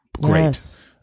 Great